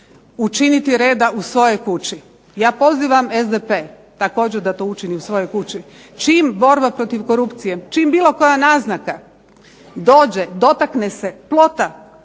učiniti reda u svojoj kući. Ja pozivam SDP također da to učini u svojoj kući. Čim borba protiv korupcije, čim bilo koja naznaka dođe, dotakne se plota,